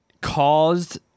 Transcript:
caused